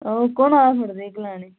कौन आया हा तुसेंगी गलाने गी